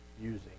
using